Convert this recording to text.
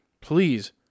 Please